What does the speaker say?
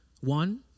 One